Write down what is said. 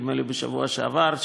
נדמה לי בשבוע שעבר,